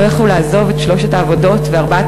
לא יכלו לעזוב את שלוש העבודות וארבעת